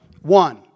One